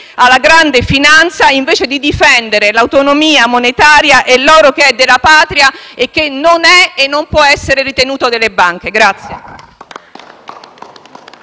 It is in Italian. alla grande finanza invece di difendere l'autonomia monetaria e l'oro, che è della Patria e che non è e non può essere ritenuto delle banche.